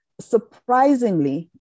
surprisingly